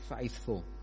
faithful